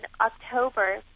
October